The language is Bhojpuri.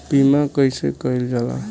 बीमा कइसे कइल जाला?